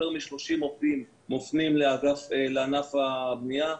יותר מ-30 עובדים מופנים לענף הבנייה.